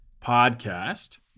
podcast